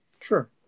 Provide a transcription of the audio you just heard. Sure